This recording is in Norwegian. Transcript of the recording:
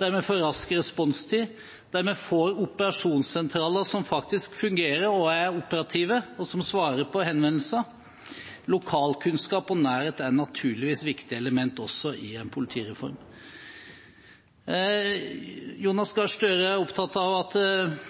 der vi får rask responstid, og der vi får operasjonssentraler som faktisk fungerer og er operative, og som svarer på henvendelser. Lokalkunnskap og nærhet er naturligvis også viktige elementer i en politireform. Jonas Gahr Støre er opptatt av at